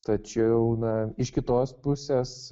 tačiau na iš kitos pusės